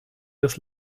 des